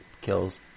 kills